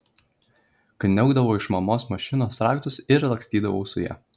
kniaukdavau iš mamos mašinos raktus ir lakstydavau ja